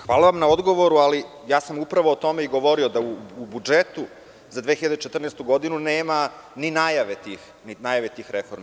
Hvala vam na odgovoru, ali ja sam upravo o tome i govorio, da u budžetu za 2014. godinu nema ni najave tih reformi.